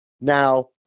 Now